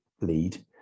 lead